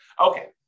Okay